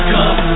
Come